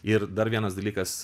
ir dar vienas dalykas